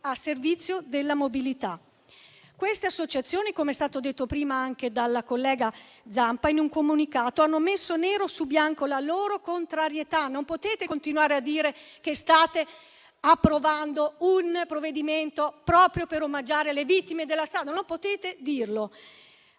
Aurora). Queste associazioni - come è stato detto prima anche dalla collega Zampa - in un comunicato hanno messo nero su bianco la loro contrarietà. Non potete continuare a dire che state approvando un provvedimento per omaggiare le vittime della strada. Non potete dirlo.